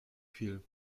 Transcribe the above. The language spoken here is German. viel